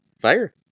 Fire